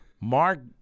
Mark